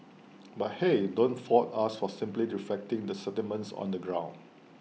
but hey don't fault us for simply reflecting the sentiments on the ground